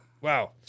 Wow